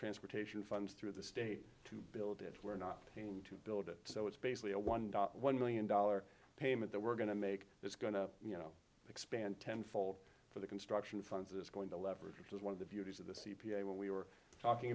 transportation funds through the state to build it we're not keen to build it so it's basically a one dollar one million dollar payment that we're going to make it's going to you know expand tenfold for the construction funds is going to leverage which is one of the beauties of the c p a when we were talking